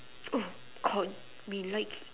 oh got me like